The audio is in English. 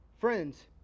Friends